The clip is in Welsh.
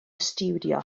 stiwdio